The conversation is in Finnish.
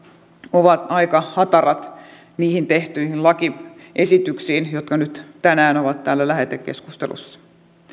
ovat aika hatarat niihin tehtyihin lakiesityksiin jotka nyt tänään ovat täällä lähetekeskustelussa